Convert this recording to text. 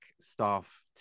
staff